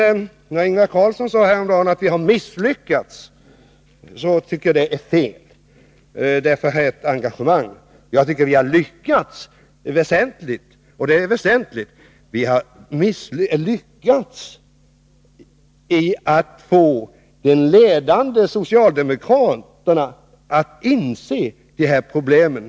Ingvar Carlsson sade häromdagen att vi misslyckats, men det tycker jag är fel. Det finns ett engagemang. Jag tycker att vi har lyckats — och det är väsentligt — med att få de ledande socialdemokraterna att inse de här problemen.